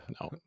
no